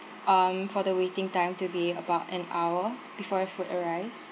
um for the waiting time to be about an hour before your food arrives